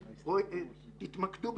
התמקדו,